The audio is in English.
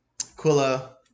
Quilla